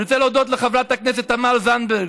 אני רוצה להודות לחברת הכנסת תמר זנדברג,